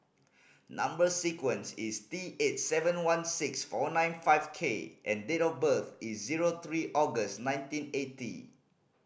number sequence is T eight seven one six four nine five K and date of birth is zero three August nineteen eighty